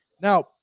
Now